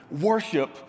worship